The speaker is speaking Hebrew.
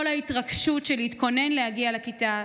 כל ההתרגשות של להתכונן להגיע לכיתה,